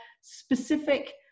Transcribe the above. specific